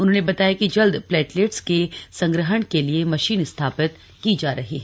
उन्होंने बताया कि जल्द प्लेटलेट्स के संग्रहण के लिए मशीन स्थापित की जा रही है